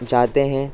جاتے ہیں